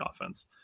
offense